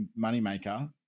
moneymaker